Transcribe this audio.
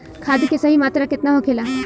खाद्य के सही मात्रा केतना होखेला?